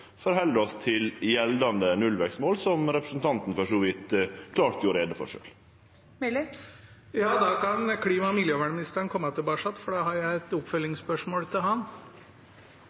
oss til gjeldande nullvekstmål, som representanten for så vidt klart gjorde greie for sjølv. Sverre Myrli – til oppfølgingsspørsmål. Da kan klima- og miljøministeren komme tilbake, for jeg har et oppfølgingsspørsmål til